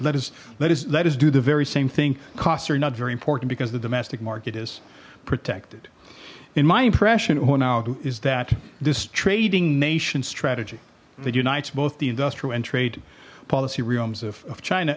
us let us let us do the very same thing costs are not very important because the domestic market is protected in my impression on out is that this trading nation strategy that unites both the industrial and trade policy rooms of china